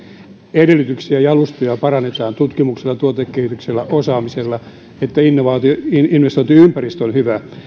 edellytyksiä ja alustoja parannetaan tutkimuksella tuotekehityksellä osaamisella että investointiympäristö on hyvä